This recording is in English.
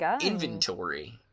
inventory